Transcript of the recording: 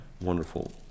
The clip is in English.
wonderful